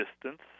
distance